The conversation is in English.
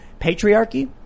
Patriarchy